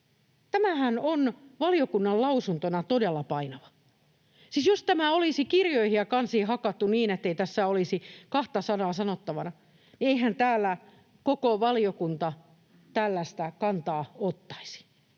Tämähän on valiokunnan lausuntona todella painava. Siis jos tämä olisi kirjoihin ja kansiin hakattu niin, ettei tässä olisi kahta sanaa sanottavana, eihän täällä koko valiokunta tällaista kantaa ottaisi.